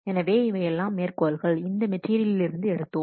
எனவே இவையெல்லாம் மேற்கோள்கள் இந்த மெட்டீரியலிருந்து எடுத்தோம்